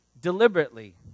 deliberately